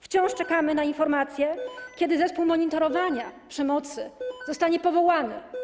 Wciąż czekamy na informację, kiedy zespół monitorowania przemocy zostanie powołany.